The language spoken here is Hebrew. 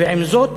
ועם זאת